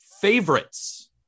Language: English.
favorites